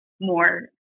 more